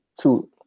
two